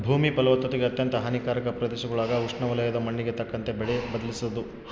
ಭೂಮಿ ಫಲವತ್ತತೆಗೆ ಅತ್ಯಂತ ಹಾನಿಕಾರಕ ಪ್ರದೇಶಗುಳಾಗ ಉಷ್ಣವಲಯದ ಮಣ್ಣಿಗೆ ತಕ್ಕಂತೆ ಬೆಳೆ ಬದಲಿಸೋದು